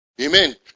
Amen